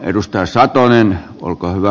edustaja satonen olkaa hyvä